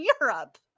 Europe